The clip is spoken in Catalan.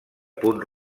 punt